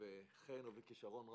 היושב בחן ובכישרון רב,